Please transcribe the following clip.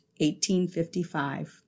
1855